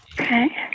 Okay